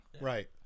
Right